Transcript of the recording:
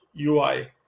UI